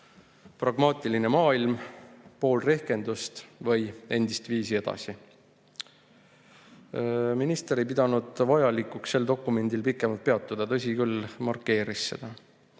pragmaatiline maailm, pool rehkendust või endistviisi edasi. Minister ei pidanud vajalikuks sellel dokumendil pikemalt peatuda, tõsi küll, markeeris seda.